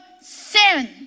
sin